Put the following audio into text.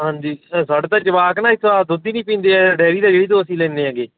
ਹਾਂਜੀ ਸਾਡੇ ਤਾਂ ਜਵਾਕ ਨਾ ਇੱਥੋਂ ਦੁੱਧ ਹੀ ਨਹੀਂ ਪੀਂਦੇ ਹੈ ਡੈਰੀ ਦਾ ਜਿਹੜੀ ਤੋਂ ਅਸੀਂ ਲੈਂਦੇ ਹੈਗੇ